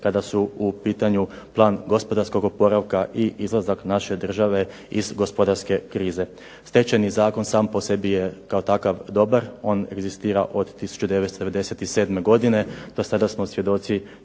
kada je u pitanju plan gospodarskog oporavka i izlazak naše države iz gospodarske krize. Stečajni zakon sam po sebi kao takav dobar. On egzistira od 1997. godine. Do sada smo svjedoci